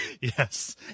Yes